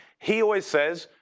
he always says,